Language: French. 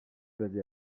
basé